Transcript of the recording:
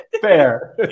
Fair